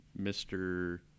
Mr